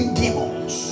demons